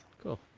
Cool